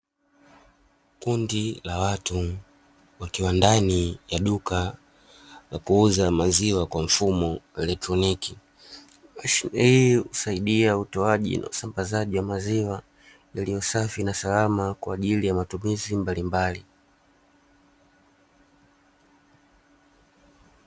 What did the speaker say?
Kundi la watu wakiwa ndani ya duka la kuuza maziwa kwa mfumo wa kielektroniki mashine, hii husaidia utaoaji na usambazaji wa maziwa yaliyosafi na salama kwa ajili ya matumizi mbalimbali.